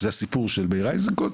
זה הסיפור של מאיר אייזנקוט.